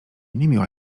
niemiła